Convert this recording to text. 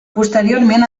posteriorment